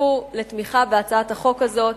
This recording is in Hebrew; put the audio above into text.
יצטרפו לתמיכה בהצעת החוק הזאת,